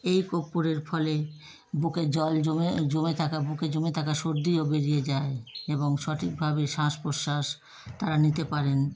এই কর্পূরের ফলে বুকে জল জমে জমে থাকা বুকে জমে থাকা সর্দিও বেরিয়ে যায় এবং সঠিকভাবে শ্বাস প্রশ্বাস তারা নিতে পারেন